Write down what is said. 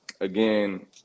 again